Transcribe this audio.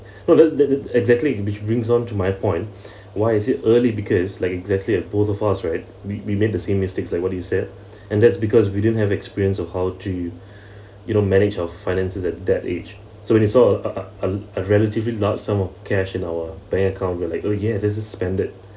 well that that that's exactly which brings on to my point why is it early because like exactly at both of us right we we made the same mistakes like what you said and that's because we didn't have experience of how to you know manage our finances at that age so when you saw a uh uh uh a relatively large sum of cash in our bank account we're like oh yeah let's just spend it